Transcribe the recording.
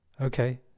okay